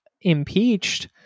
impeached